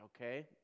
Okay